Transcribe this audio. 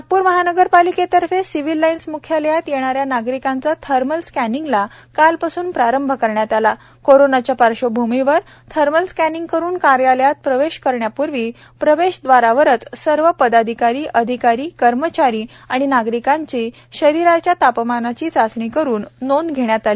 नागपूर महानगरपालिकेतर्फे civil lines म्ख्यालयात येणारे नागरिकांचे थर्मल स्कॅनिंगला काल पासून प्रारंभ करण्यात आला कोरोनाच्या पार्श्वभूमिवर थर्मल स्कॅनिंग करुन कार्यालयात प्रवेश करण्यापूर्वी प्रवेश व्दारावरच सर्व पदाधिकारी अधिकारी कर्मचारी आणि नागरिकांची शरीराचे तापमानाची चाचणी करुन नोंद घेण्यात आली